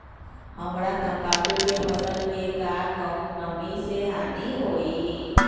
हमरा तंबाकू के फसल के का कम नमी से हानि होई?